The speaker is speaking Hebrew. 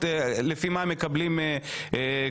נאמר לפי מה הם מקבלים כספים,